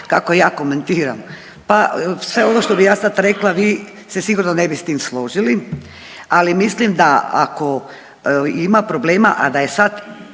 kako ja komentiram? Pa sve ovo što bi ja sad rekla vi se sigurno ne bi s tim složili ali mislim da ako ima problema, a da je sad,